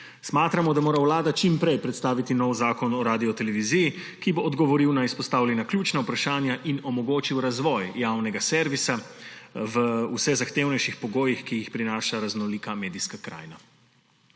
Smatramo, da mora Vlada čim prej predstaviti nov zakon o Radioteleviziji, ki bo odgovoril na izpostavljena ključna vprašanja in omogočil razvoj javnega servisa v vse zahtevnejših pogojih, ki jih prinaša raznolika medijska krajina.